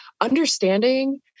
understanding